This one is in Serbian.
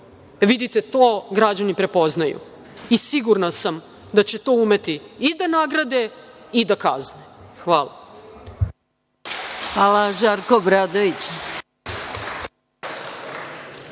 Vidite, to građani prepoznaju i sigurna sam da će to umeti i da nagrade i da kazne. Hvala. **Maja Gojković**